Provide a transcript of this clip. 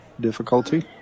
Difficulty